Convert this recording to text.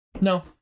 no